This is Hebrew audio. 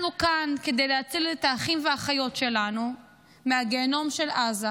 אנחנו כאן כדי להציל את האחים ואת האחיות שלנו מהגיהינום של עזה,